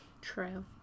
True